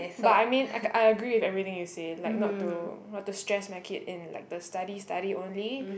but I mean I I agree with everything you say like not to not to stress my kid in like the study study only